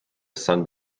san